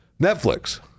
Netflix